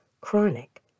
chronic